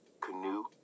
canoe